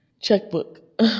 checkbook